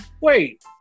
wait